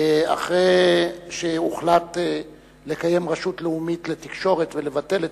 אחרי שהוחלט לקיים רשות לאומית לתקשורת ולבטל את